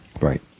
Right